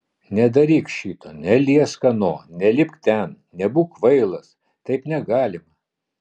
nedaryk šito neliesk ano nelipk ten nebūk kvailas taip negalima